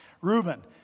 Reuben